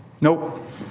Nope